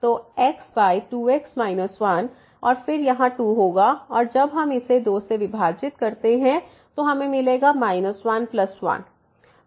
तो x 2x 1 और फिर यहां 2 होगा और जब हम इसे 2 से विभाजित करते हैं हमें मिलेगा 11